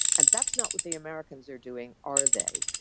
and that's not what the americans are doing are they.